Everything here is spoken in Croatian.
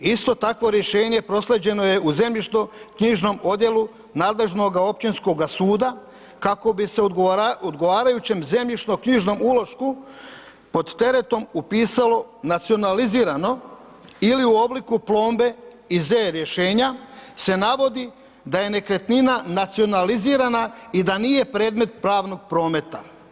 Isto takvo rješenje proslijeđeno je u zemljišnoknjižnom odjelu nadležnoga općinskoga suda kako bi se odgovarajućem zemljišnoknjižnom ulošku pod teretom upisalo „nacionalizirano“ ili u obliku plombe i Z-rješenja se navodi da je nekretnina nacionalizirana i da nije predmet pravnog prometa.